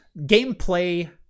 gameplay